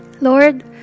Lord